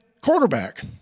quarterback